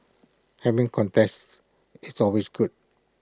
having contests is always good